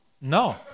No